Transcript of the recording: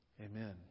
Amen